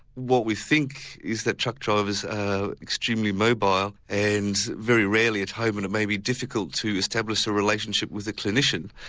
what we think is that truck drivers are extremely mobile and very rarely at home and it may be difficult to establish a relationship with a clinician.